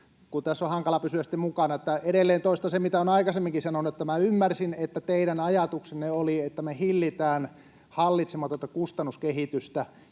kun tässä on hankala pysyä mukana? Edelleen toistan sen, mitä olen aikaisemminkin sanonut: minä ymmärsin, että teidän ajatuksenne oli, että me hillitään hallitsematonta kustannuskehitystä,